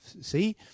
see